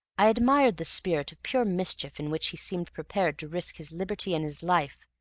i admired the spirit of pure mischief in which he seemed prepared to risk his liberty and his life,